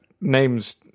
names